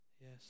Yes